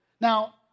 now